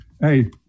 Hey